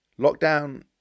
Lockdown